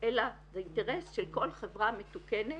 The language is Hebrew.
אלא זה אינטרס של כל חברה מתוקנת,